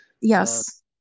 Yes